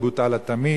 ובוטל התמיד,